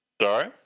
Sorry